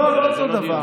לא, לא אותו דבר.